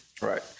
Right